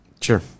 Sure